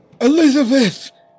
Elizabeth